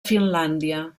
finlàndia